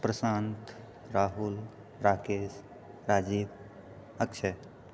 Prashant Rahul Rakesh Rajiv Akshay